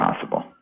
possible